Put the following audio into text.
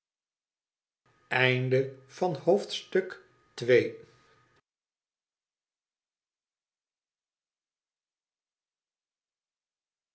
hoofdstuk van het